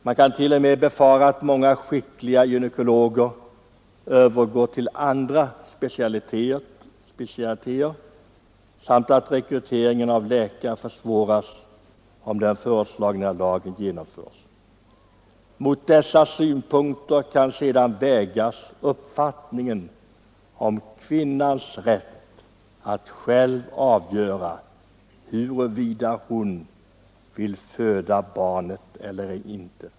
Det kan t.o.m. befaras att många skickliga gynekologer övergår till andra specialiteter samt att rekryteringen av läkare försvåras, om den föreslagna lagen genomförs. Mot dessa synpunkter kan sedan vägas uppfattningen om kvinnans rätt att själv avgöra huruvida hon vill föda barnet eller inte.